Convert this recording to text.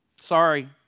sorry